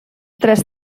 tres